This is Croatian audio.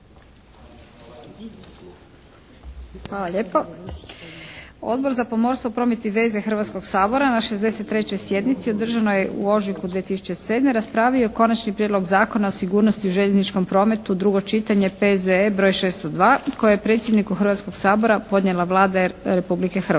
Hvala lijepo. Odbor za pomorstvo, promet i veze Hrvatskoga sabora na 63. sjednici održanoj u ožujku 2007. raspravio je Konačni prijedlog Zakona o sigurnosti u željezničkom prometu, drugo čitanje, P.Z.E. br. 602 koji je predsjedniku Hrvatskog sabora podnijela Vlada Republike Hrvatske.